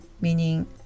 Meaning